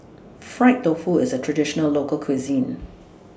Fried Tofu IS A Traditional Local Cuisine